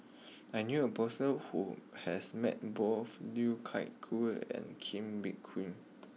I knew a person who has met both Liu Thai Ker and Kee Bee Khim